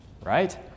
right